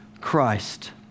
Christ